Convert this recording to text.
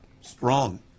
strong